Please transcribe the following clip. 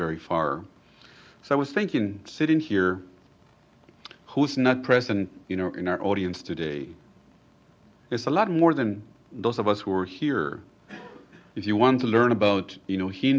very far so i was thinking sitting here who is not president you know in our audience today is a lot more than those of us who are here if you want to learn about you know h